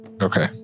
Okay